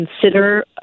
consider